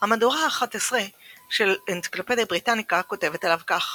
המהדורה האחת-עשרה של אנציקלופדיה בריטניקה כותבת עליו כך